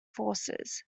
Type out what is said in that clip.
forces